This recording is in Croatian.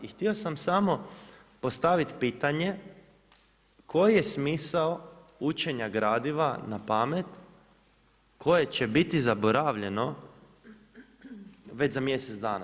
I htio sam samo postaviti pitanje, koji je smisao učenja gradiva na pamet koje će biti zaboravljeno vez za mjesec dana.